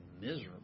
miserable